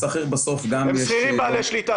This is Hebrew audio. לשכיר בסוף גם יש --- הם שכירים בעלי שליטה,